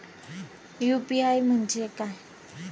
UPI म्हणजे काय?